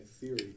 theory